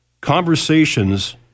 Conversations